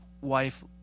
wife